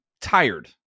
tired